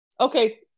Okay